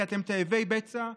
כי אתם תאבי בצע,